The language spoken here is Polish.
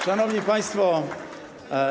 Szanowni Państwo!